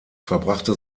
verbrachte